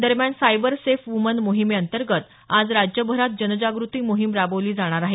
दरम्यान cyber safe woman मोहीमेअंतर्गत आज राज्यभरात जनजागृती मोहिम राबवली जाणार आहे